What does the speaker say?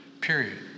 Period